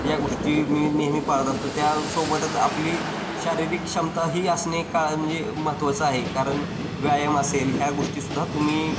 या गोष्टी मी नेहमी पाळत असतो त्यासोबतच आपली शारीरिक क्षमता ही असणे काळा म्हणजे महत्त्वाचं आहे कारण व्यायाम असेल ह्या गोष्टीसुद्धा तुम्ही